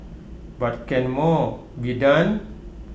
but can more be done